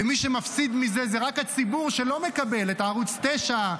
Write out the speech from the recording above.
ומי שמפסיד מזה זה רק הציבור שלא מקבל את ערוץ 9,